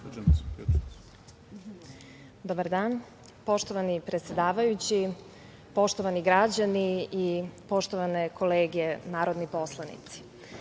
Dobar dan. Poštovani predsedavajući, poštovani građani i poštovane kolege narodni poslanici,